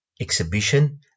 Exhibition